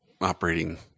operating